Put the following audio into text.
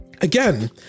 again